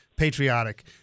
Patriotic